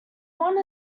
one